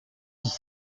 dix